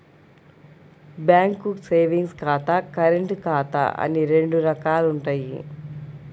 bank savings ఖాతా, current ఖాతా అని రెండు రకాలుంటయ్యి